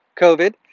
COVID